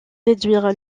déduire